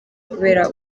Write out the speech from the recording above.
kubera